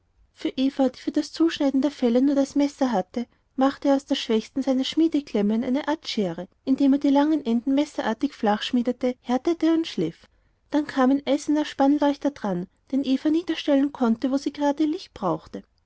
für eva die für das zuschneiden der felle nur das messer hatte machte er aus der schwächsten seiner schmiedeklemmen eine art schere indem er die langen enden messerartig flachschmiedete härtete und schliff dann kam ein eiserner spanleuchter daran den eva hinstellen konnte wo sie gerade licht brauchte